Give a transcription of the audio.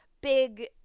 big